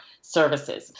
services